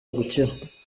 gukira